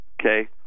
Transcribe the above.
Okay